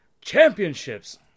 Championships